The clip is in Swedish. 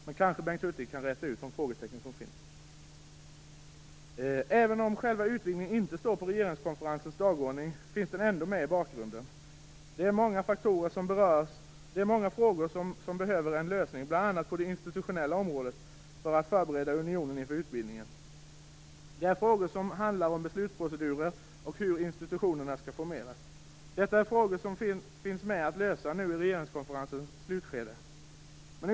Kanske kan Bengt Hurtig räta ut de frågetecken som finns. Även om frågan om själva utvidgningen inte finns med på regeringskonferensens dagordning finns den med i bakgrunden. Det är många frågor som behöver få en lösning, bl.a. på det institutionella området, i förberedelsen av unionen inför utvidgningen. Det gäller frågor som handlar om beslutsprocedurer och om hur institutionerna skall formeras. Dessa frågor finns nu med för att lösas i regeringskonferensens slutskede.